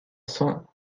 cents